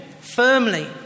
firmly